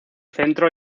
centro